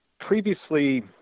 Previously